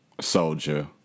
soldier